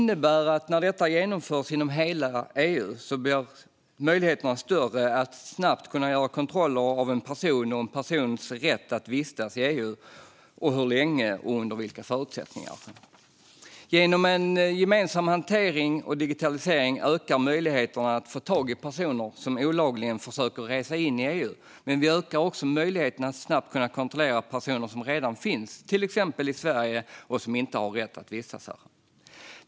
När detta genomförs inom hela EU innebär det att möjligheterna blir större att snabbt kunna göra kontroller av en person och en persons rätt att vistas i EU, hur länge och under vilka förutsättningar. Genom en gemensam hantering och digitalisering ökar möjligheterna att få tag i personer som olagligen försöker resa in i EU. Men vi ökar också möjligheten att snabbt kunna kontrollera personer som redan finns i till exempel Sverige och som inte har rätt att vistas här.